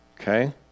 Okay